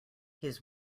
his